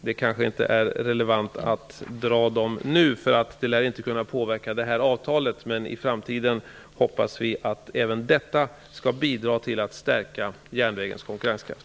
Det är kanske inte relevant att föredra dem nu, eftersom de inte lär kunna påverka avtalet, men jag hoppas att detta även i framtiden skall bidra till att stärka järnvägens konkurrenskraft.